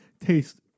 taste